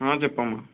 ఆ చెప్పమ్మ